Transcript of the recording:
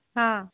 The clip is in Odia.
ହଁ